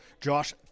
Josh